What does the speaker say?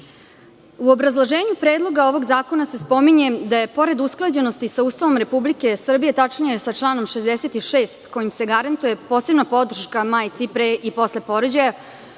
obrazloženju predloga ovog zakona se spominje da je pored usklađenosti sa Ustavom Republike Srbije tačnije sa članom 66. kojim se garantuje posebna podrška majci i pre i posle porođaja.